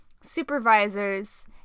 supervisors